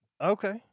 Okay